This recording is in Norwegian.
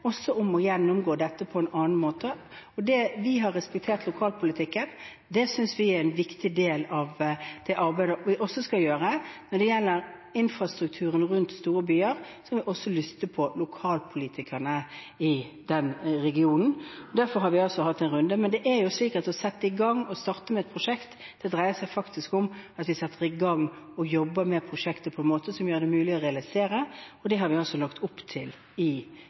om å gjennomgå dette på en annen måte. Vi har respektert lokalpolitikken, det synes vi er en viktig del av det arbeidet vi også skal gjøre. Når det gjelder infrastrukturen rundt storbyer, må vi også lytte til lokalpolitikerne i den regionen. Derfor har vi altså hatt en runde. Å sette i gang og starte med et prosjekt dreier seg om at vi setter i gang og jobber med prosjektet på en måte som gjør det mulig å realisere, og det har vi lagt opp til i